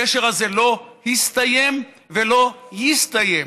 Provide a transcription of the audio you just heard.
הקשר הזה לא הסתיים ולא יסתיים.